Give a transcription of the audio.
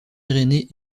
irénée